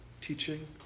teaching